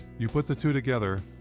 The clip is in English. you put the two together,